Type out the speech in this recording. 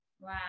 Wow